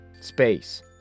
space